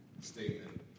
statement